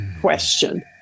question